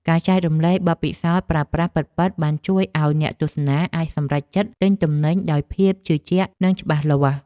ការចែករំលែកបទពិសោធន៍ប្រើប្រាស់ពិតៗបានជួយឱ្យអ្នកទស្សនាអាចសម្រេចចិត្តទិញទំនិញដោយភាពជឿជាក់និងច្បាស់លាស់។